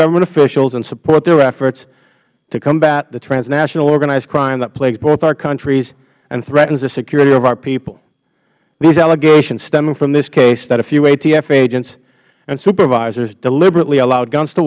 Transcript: government officials and support their efforts to combat the transnational organized crime that plagues both our countries and threatens the security of our people these allegations stemming from this case that a few atf agents and supervisors deliberately allowed guns to